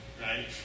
right